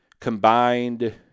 combined